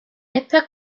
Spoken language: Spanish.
estas